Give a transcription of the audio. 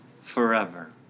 forever